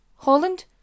Holland